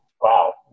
wow